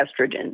estrogen